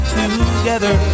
together